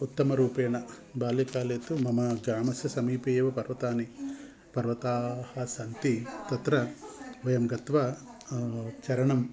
उत्तमरूपेण बाल्यकाले तु मम ग्रामस्य समीपे एव पर्वताः पर्वताः सन्ति तत्र वयं गत्वा चारणम्